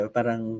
Parang